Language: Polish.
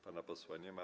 Pana posła nie ma.